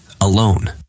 alone